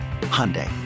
Hyundai